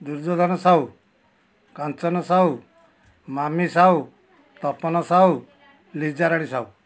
Duryodhana Sahu Kanchan Sahu Mami Sahu Tapan Sahu Lijarani Sahu